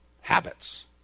habits